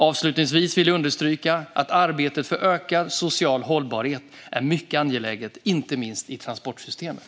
Avslutningsvis vill jag understryka att arbetet för ökad social hållbarhet är mycket angeläget, inte minst i transportsystemet.